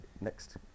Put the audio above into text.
next